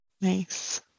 Nice